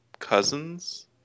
cousins